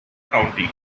county